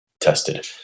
tested